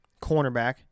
cornerback